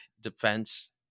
defense